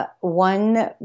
one